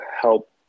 help